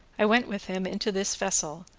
i went with him into this vessel,